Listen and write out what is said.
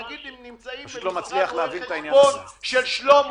-- שנגיד נמצאים במשרד רואה החשבון של שלמה,